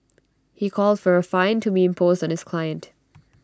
he called for A fine to be imposed on his client